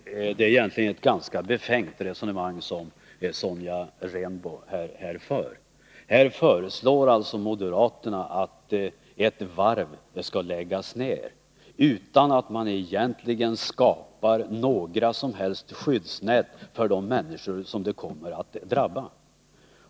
Herr talman! Det är egentligen ett befängt resonemang som Sonja Rembo för. Här föreslår moderaterna att ett varv skall läggas ned, utan att man egentligen skapar några som helst skyddsnät för de människor som det kommer att drabba.